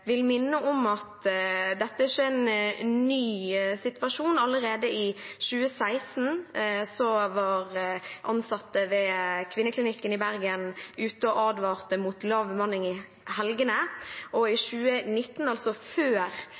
vil minne om at dette ikke er en ny situasjon. Allerede i 2016 var ansatte ved kvinneklinikken i Bergen ute og advarte mot lav bemanning i helgene, og i 2019, altså før